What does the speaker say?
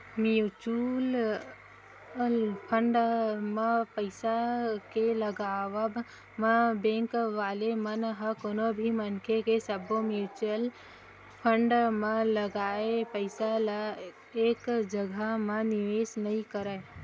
mutual fund म पइसा के लगावब म बेंक वाले मन ह कोनो भी मनखे के सब्बो म्युचुअल फंड म लगाए पइसा ल एक जघा म निवेस नइ करय